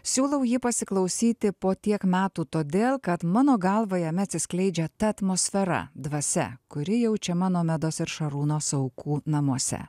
siūlau jį pasiklausyti po tiek metų todėl kad mano galva jame atsiskleidžia ta atmosfera dvasia kuri jaučiama nomedos ir šarūno saukų namuose